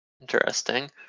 Interesting